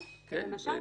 כן, למשל.